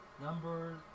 Number